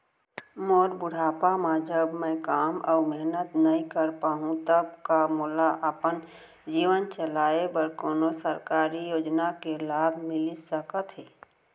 मोर बुढ़ापा मा जब मैं काम अऊ मेहनत नई कर पाहू तब का मोला अपन जीवन चलाए बर कोनो सरकारी योजना के लाभ मिलिस सकत हे?